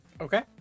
okay